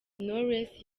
knowless